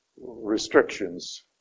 restrictions